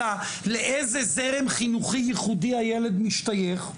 אלא לאיזה זרם חינוכי ייחודי הילד משתייך.